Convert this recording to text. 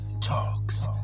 Talks